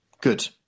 good